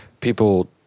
people